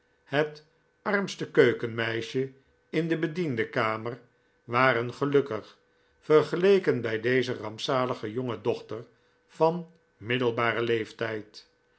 het armste keukenmeisje in de bediendenkamer waren gelukkig vergeleken bij deze rampzalige jonge dochter van middelbaren leeftijd